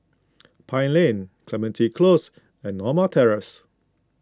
Pine Lane Clementi Close and Norma Terrace